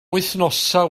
wythnosau